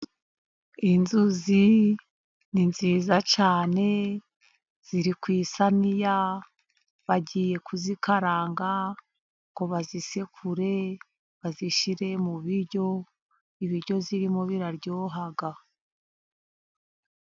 Inzuzi ni nziza cyane, ziri ku isaniya, bagiye kuzikaranga, ngo bazisekure bazishyire mu biryo, ibiryo zirimo biraryoha.